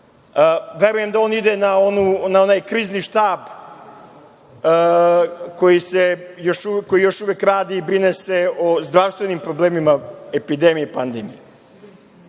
verujem da on ide na onaj Krizni štab koji još uvek radi i brine se o zdravstvenim problemima epidemije i pandemije.